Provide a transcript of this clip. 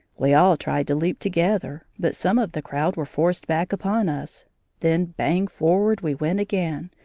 we all tried to leap together, but some of the crowd were forced back upon us then bang forward we went again,